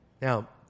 Now